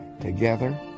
Together